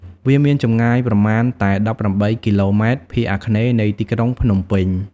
វាមានចម្ងាយប្រមាណតែ ១៨ គីឡូម៉ែត្រ ភាគអាគ្នេយ៍នៃទីក្រុងភ្នំពេញ។